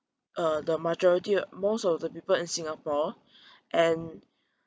uh the majority most of the people in singapore and